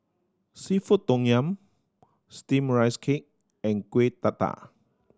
seafood tom yum Steamed Rice Cake and Kuih Dadar